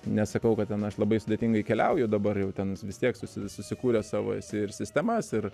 nesakau kad ten aš labai sudėtingai keliauju dabar jau ten vis tiek susi susikūręs savo esi ir sistemas ir